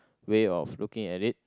way of looking at it